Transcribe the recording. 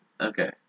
Okay